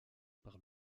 par